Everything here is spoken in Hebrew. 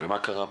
ומה קרה פתאום?